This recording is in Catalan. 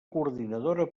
coordinadora